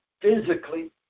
physically